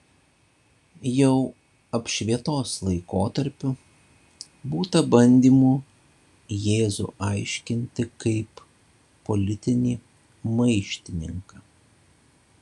jau apšvietos laikotarpiu būta bandymų jėzų aiškinti kaip politinį maištininką